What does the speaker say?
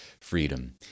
freedom